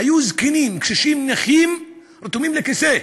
היו זקנים, קשישים נכים רתומים לכיסא.